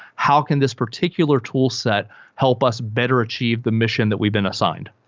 how can this particular toolset help us better achieve the mission that we've been assigned?